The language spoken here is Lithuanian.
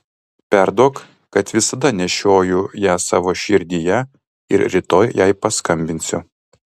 perduok kad visada nešioju ją savo širdyje ir rytoj jai paskambinsiu